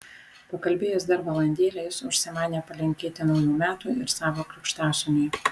pakalbėjęs dar valandėlę jis užsimanė palinkėti naujų metų ir savo krikštasūniui